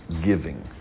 giving